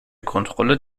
kontrolle